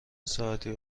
ساعتی